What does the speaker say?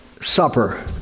supper